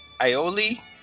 aioli